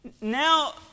Now